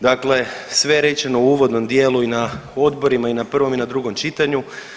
Dakle sve je rečeno u uvodnom dijelu i na odborima i na prvom i na drugom čitanju.